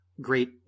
great